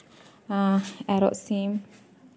ᱮᱨᱚᱜ ᱥᱤᱢ